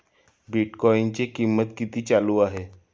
बिटकॉइनचे कीमत किती चालू आहे